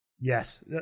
Yes